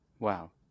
wow